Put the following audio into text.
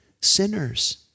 sinners